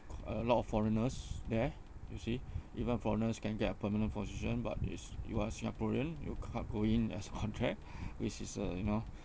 a lot of foreigners there you see even foreigners can get a permanent position but is you are singaporean you can't go in as contract which is uh you know